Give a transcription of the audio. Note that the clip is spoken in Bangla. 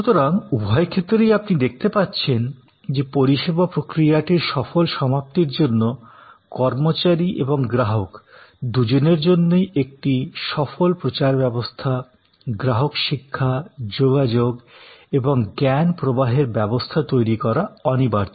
সুতরাং উভয় ক্ষেত্রেই আপনি দেখতে পাচ্ছেন যে পরিষেবা প্রক্রিয়াটির সফল সমাপ্তির জন্য কর্মচারী এবং গ্রাহক দুজনের জন্যেই একটি সফল প্রচারব্যবস্থা গ্রাহক শিক্ষা যোগাযোগ এবং জ্ঞান প্রবাহের ব্যবস্থা তৈরি করা অনিবার্য